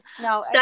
no